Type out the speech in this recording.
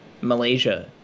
Malaysia